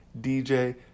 DJ